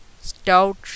stout